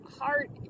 heart